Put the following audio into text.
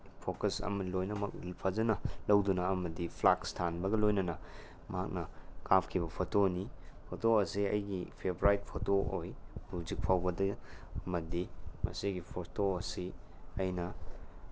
focus ꯑꯃ ꯂꯣꯏꯅꯃꯛ ꯐꯖꯅ ꯂꯧꯗꯨꯅ ꯑꯃꯗꯤ ꯐ꯭ꯂꯥꯁꯛ ꯊꯥꯟꯕꯒ ꯂꯣꯏꯅꯥꯅ ꯃꯍꯥꯛꯅ ꯀꯥꯞꯈꯤꯕ ꯐꯣꯇꯣꯅꯤ ꯐꯣꯇꯣ ꯑꯁꯦ ꯑꯩꯒꯤ ꯐꯦꯚꯣꯔꯥꯏꯠ ꯐꯣꯇꯣ ꯑꯣꯏ ꯍꯧꯖꯤꯛ ꯐꯥꯎꯕꯗ ꯑꯃꯗꯤ ꯃꯁꯤꯒꯤ ꯐꯣꯇꯣ ꯑꯁꯤ ꯑꯩꯅ